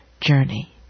journey